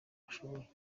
bashoboye